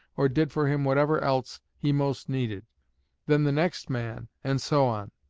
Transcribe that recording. or did for him whatever else he most needed then the next man, and so on.